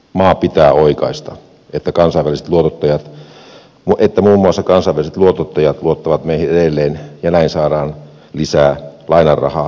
maa pitää oikaista että muun muassa kansainväliset luotottajat luottavat meihin edelleen ja näin saadaan lisää lainarahaa kohtuullisella korolla